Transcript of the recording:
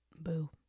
Boo